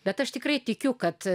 bet aš tikrai tikiu kad